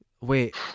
wait